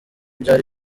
byari